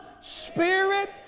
Spirit